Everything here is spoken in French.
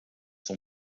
son